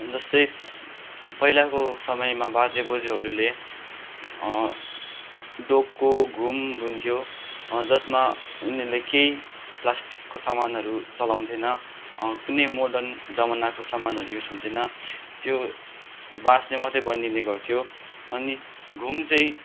जस्तै पहिलाको समयमा बाजे बोजूहरूले डोको घुम बुन्थ्यो जसमा उनेरले केही प्लास्टिकको समानहरू चलाउथेन कुनै मोर्डन जमानाको समानहरू युस हुन्थेन त्यो बाँसले मत्तै बनिने गर्थ्यो अनि घुम चाहिँ